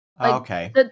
Okay